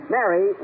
Mary